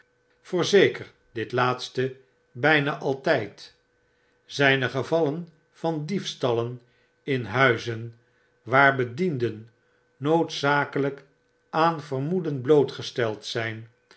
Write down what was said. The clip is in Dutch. voorzeker dit laatste byna altijd zijn er gevallen van diefstallen in huizen waar bedienden noodzakelyk aan vermoeden blootgesteld zyn